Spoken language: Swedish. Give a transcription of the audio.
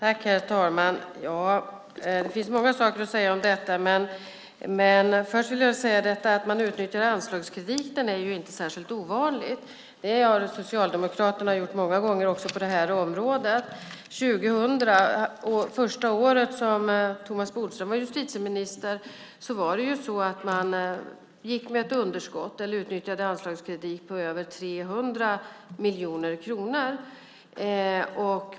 Herr talman! Det finns mycket att säga om detta. Först vill jag säga att det inte är särskilt ovanligt att man utnyttjar anslagskrediten. Det har Socialdemokraterna också gjort många gånger på det här området. År 2000, det första året som Thomas Bodström var justitieminister, gick polisen med ett underskott och utnyttjade anslagskrediten med över 300 miljoner kronor.